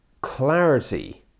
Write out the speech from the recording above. clarity